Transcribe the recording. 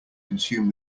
consume